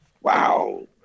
Wow